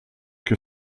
que